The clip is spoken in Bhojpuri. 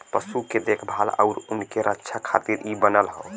पशु के देखभाल आउर उनके रक्षा खातिर इ बनल हौ